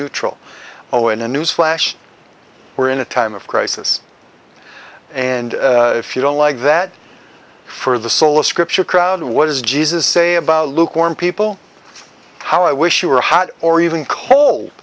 neutral oh in a newsflash we're in a time of crisis and if you don't like that for the sola scriptura crowd what does jesus say about lukewarm people how i wish you were hot or even cold